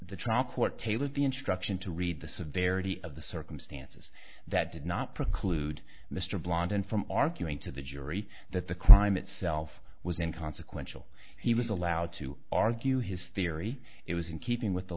tailored the instruction to read the severity of the circumstances that did not preclude mr blanton from arguing to the jury that the crime itself was in consequential he was allowed to argue his theory it was in keeping with the